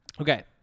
Okay